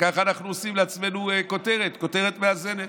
וכך אנחנו עושים לעצמנו כותרת, כותרת מאזנת.